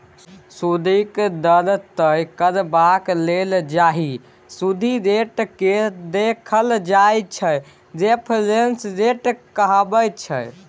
सुदिक दर तय करबाक लेल जाहि सुदि रेटकेँ देखल जाइ छै रेफरेंस रेट कहाबै छै